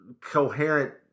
coherent